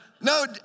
no